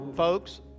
Folks